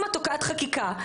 אם את תוקעת חקיקה,